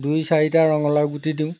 দুই চাৰিটা ৰঙলাও গুটি দিওঁ